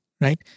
Right